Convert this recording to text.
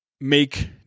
make